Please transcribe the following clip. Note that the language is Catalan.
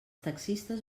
taxistes